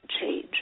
change